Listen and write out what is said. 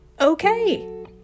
Okay